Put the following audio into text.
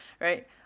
right